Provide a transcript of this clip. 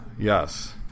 Yes